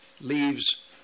leaves